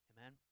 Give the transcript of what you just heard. Amen